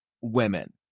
women